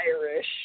Irish